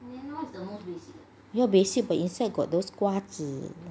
ya basic but inside got those 瓜子